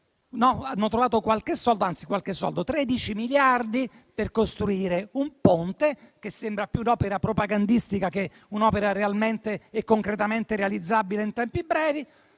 hanno trovato qualche soldo - anzi, 13 miliardi - per costruire un ponte, che sembra più un'opera propagandistica che una realmente e concretamente realizzabile in tempi brevi.